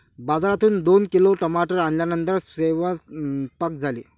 बाजारातून दोन किलो टमाटर आणल्यानंतर सेवन्पाक झाले